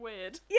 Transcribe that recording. weird